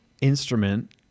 instrument